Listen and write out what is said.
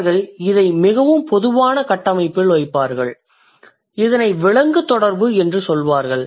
அவர்கள் இதை மிகவும் பொதுவான கட்டமைப்பில் வைப்பார்கள் இதனை விலங்கு தொடர்பு என்று சொல்வார்கள்